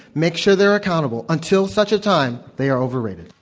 make sure they're accountable until such a time they are overrated.